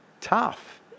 tough